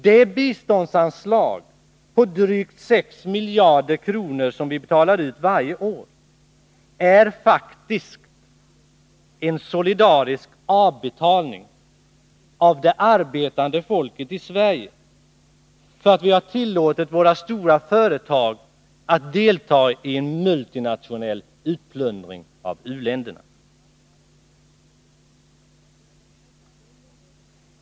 Det biståndsanslag på drygt 6 miljarder kronor som vi betalar ut varje år är faktiskt en solidarisk avbetalning till det arbetande folket i Sverige för att vi har tillåtit våra storföretag att delta i en multinationell utplundring av u-länderna.